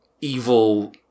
evil